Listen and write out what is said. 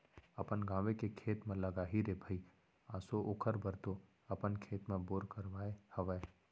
अपन गाँवे के खेत म लगाही रे भई आसो ओखरे बर तो अपन खेत म बोर करवाय हवय